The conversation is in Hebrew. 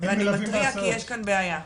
ואני מתריע כי יש כאן בעיה.